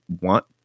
want